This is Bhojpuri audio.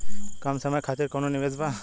कम समय खातिर कौनो निवेश बा?